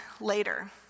later